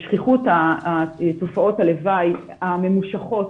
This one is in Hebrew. שכיחות תופעות הלוואי הממושכות,